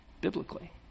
biblically